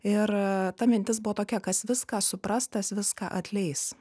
ir ta mintis buvo tokia kas viską supras tas viską atleis